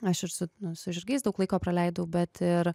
aš ir su nu su žirgais daug laiko praleidau bet ir